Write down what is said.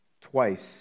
Twice